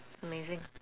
it's amazing